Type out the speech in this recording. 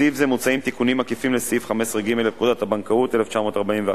בסעיף זה מוצעים תיקונים עקיפים לסעיף 15ג לפקודת הבנקאות 1941,